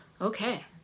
okay